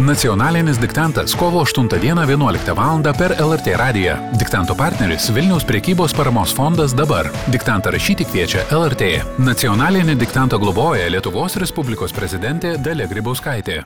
nacionalinis diktantas kovo aštuntą dieną vienuoliktą valandą per lrt radiją diktanto partneris vilniaus prekybos paramos fondas dabar diktantą rašyti kviečia lrt nacionalinį diktantą globoja lietuvos respublikos prezidentė dalia grybauskaitė